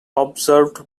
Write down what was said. observed